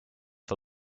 for